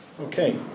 Okay